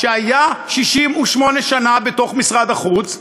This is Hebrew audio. שהיה 68 שנה בתוך משרד החוץ,